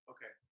Okay